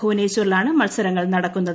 ഭുവനേശ്വറിലാണ് മത്സരങ്ങൾ നടക്കുന്നത്